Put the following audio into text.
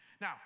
Now